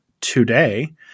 today